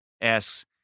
asks